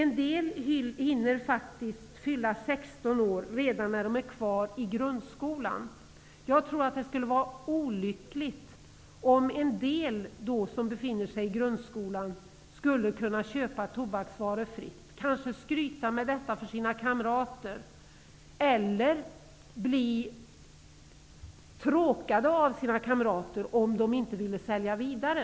En del hinner faktiskt fylla 16 år redan när de är kvar i grundskolan. Jag tror att det skulle vara olyckligt om några som befinner sig i grundskolan skulle kunna köpa tobaksvaror fritt, kanske skryta med detta för sina kamrater eller bli tråkade av sina kamrater om de inte vill sälja vidare.